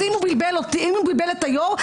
אם הוא בלבל את היו"ר,